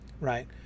Right